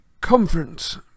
conference